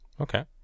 Okay